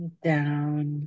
down